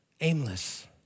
aimless